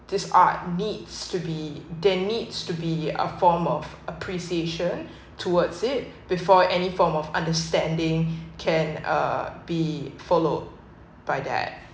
this art needs to be there needs to be a form of appreciation towards it before any form of understanding can uh be followed by that